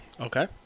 Okay